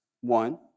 one